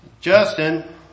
Justin